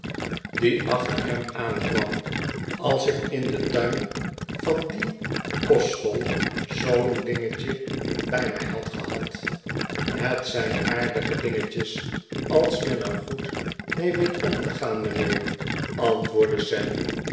aankwam als ik in den turn van die kostschool zoo'n dingetje bij mij had gehad het zijn aardige dingetjes als men ergoed mee weet om te gaan mijnheer antwoordde